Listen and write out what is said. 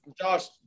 Josh